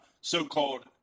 so-called